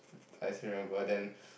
I still remember then